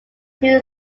two